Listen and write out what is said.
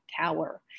tower